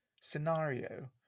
scenario